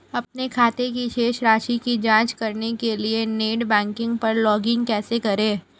अपने खाते की शेष राशि की जांच करने के लिए नेट बैंकिंग पर लॉगइन कैसे करें?